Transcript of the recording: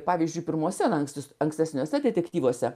pavyzdžiui pirmuose lankstus ankstesniuose detektyvuose